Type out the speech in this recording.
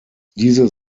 diese